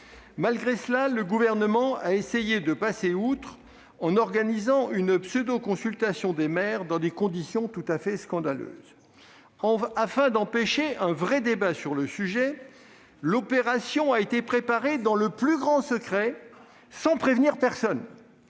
Malgré cela, le Gouvernement a essayé de passer outre, en organisant une pseudo-consultation des maires dans des conditions tout à fait scandaleuses. Afin d'empêcher un vrai débat sur le sujet, l'opération a été préparée dans le plus grand secret, sans que personne